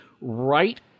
right